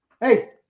Hey